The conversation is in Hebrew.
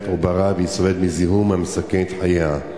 את עוברה והיא סובלת מזיהום המסכן את חייה.